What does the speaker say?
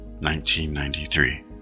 1993